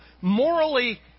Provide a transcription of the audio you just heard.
morally